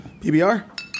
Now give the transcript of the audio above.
PBR